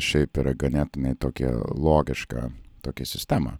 šiaip yra ganėtinai tokia logiška tokia sistema